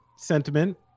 sentiment